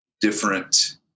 different